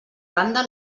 randa